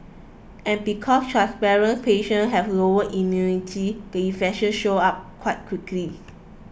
and because patients have lower immunity the infection show up quite quickly